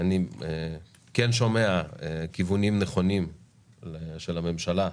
אני כן שומע כיוונים נכונים של הממשלה,